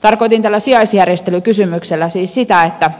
tarkoitin tällä sijaisjärjestelykysymyksellä siis sitä että